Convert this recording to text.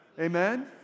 Amen